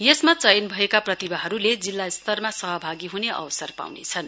यसमा चयन भएका प्रतिभाहरुले जिल्ला स्तरमा सहभागी हुने अवसर पाउनेछन्